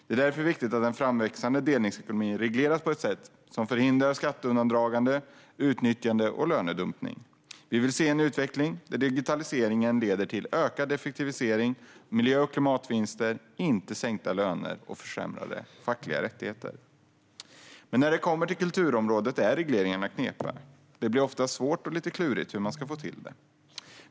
Det är viktigt att den framväxande delningsekonomin regleras på ett sätt som förhindrar skatteundandragande, utnyttjande och lönedumpning. Vi vill se en utveckling där digitaliseringen leder till ökad effektivisering och miljö och klimatvinster, inte till sänkta löner och försämrade fackliga rättigheter. När det kommer till kulturområdet är regleringarna knepiga. Det blir ofta svårt och lite klurigt att få till det.